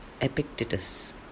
Epictetus